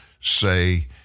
say